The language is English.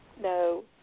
No